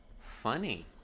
Funny